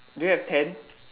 do you have ten